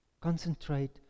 Concentrate